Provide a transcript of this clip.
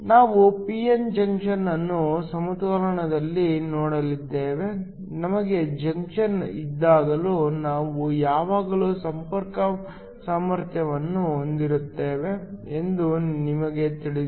ನಾವು P N junction ಅನ್ನು ಸಮತೋಲನದಲ್ಲಿ ನೋಡಿದ್ದೇವೆ ನಮಗೆ ಜಂಕ್ಷನ್ ಇದ್ದಾಗಲೂ ನಾವು ಯಾವಾಗಲೂ ಸಂಪರ್ಕ ಸಾಮರ್ಥ್ಯವನ್ನು ಹೊಂದಿರುತ್ತೇವೆ ಎಂದು ನಮಗೆ ತಿಳಿದಿದೆ